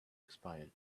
expired